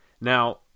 Now